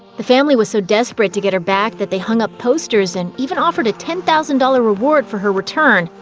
the family was so desperate to get her back that they hung up posters and even offered a ten thousand dollars reward for her return.